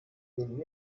denn